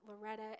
Loretta